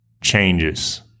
changes